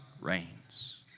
reigns